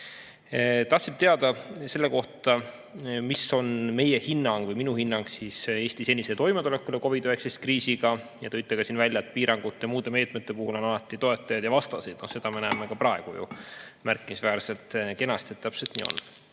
Tahtsite teada selle kohta, milline on minu hinnang Eesti senisele toimetulekule COVID-19 kriisiga, ja tõite siin välja, et piirangute ja muude meetmete puhul on alati toetajaid ja vastaseid. No seda me näeme ka praegu ju märkimisväärselt kenasti, et täpselt nii on.